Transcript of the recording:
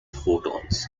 photons